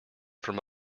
from